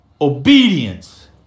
Obedience